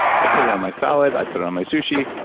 i put it on my salad, i put it on my sushi,